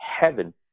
heaven